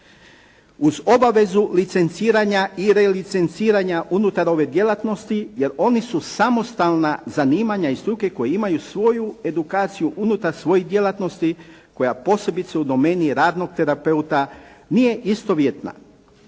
uz obavezu licenciranja i relicenciranja unutar ove djelatnosti jer oni su samostalna zanimanja i struke koji imaju svoju edukaciju unutar svojih djelatnosti koja posebice u domeni radnog terapeuta nije istovjetna,